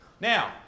Now